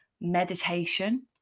meditation